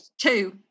two